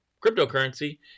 cryptocurrency